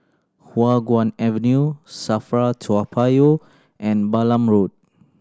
Hua Guan Avenue SAFRA Toa Payoh and Balam Road